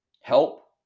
help